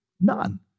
None